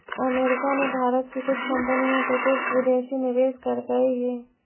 America ने भारत की कुछ कंपनी में प्रत्यक्ष विदेशी निवेश करकई हे